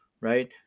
right